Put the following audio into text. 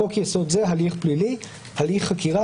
בחוק-יסוד זה "הליך פלילי" הליך חקירה,